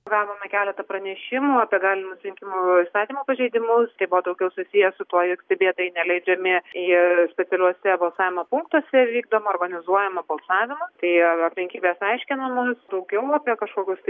gavome keletą pranešimų apie galimus rinkimų įstatymo pažeidimus tai buvo daugiau susiję su tuo jog stebėtojai neleidžiami jie specialiuose balsavimo punktuose vykdoma organizuojama balsavimą tai aplinkybės aiškinamos daugiau apie kažkokius tai